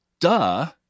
duh